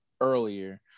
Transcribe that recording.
earlier